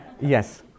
Yes